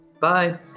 Bye